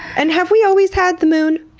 and have we always had the moon?